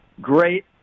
Great